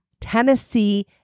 tennessee